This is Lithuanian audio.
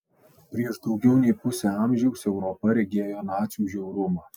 prieš daugiau nei pusę amžiaus europa regėjo nacių žiaurumą